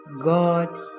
God